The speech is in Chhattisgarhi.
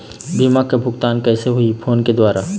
बीमा के भुगतान कइसे होही फ़ोन के द्वारा?